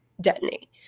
detonate